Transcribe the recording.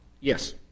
Yes